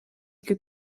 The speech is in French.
que